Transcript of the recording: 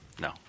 no